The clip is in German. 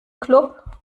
club